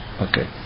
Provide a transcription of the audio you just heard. Okay